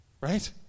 Right